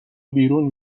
بیرون